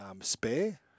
Spare